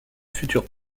futur